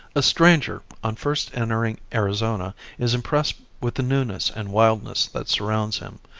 a stranger on first entering arizona is impressed with the newness and wildness that surrounds him.